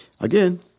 again